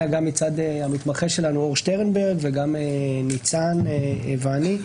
גם מצד המתמחה שלנו אור שטרנברג וגם על-ידי ניצן ועל ידי.